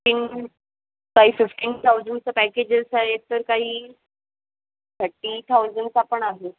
तीन काही फिफ्टीन थाउजंडचं पॅकेजेस आहेत तर काही थर्टी थाउजंडचा पण आहे